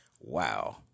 Wow